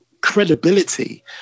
credibility